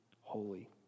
holy